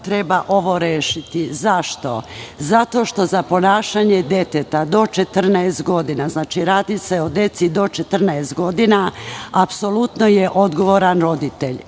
treba ovo rešiti. Zašto? Zato što za ponašanje deteta do 14 godina, znači radi se o deci do 14 godina, apsolutno je odgovoran roditelj.